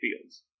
fields